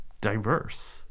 diverse